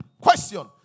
Question